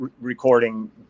recording